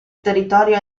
territorio